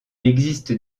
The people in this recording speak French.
existe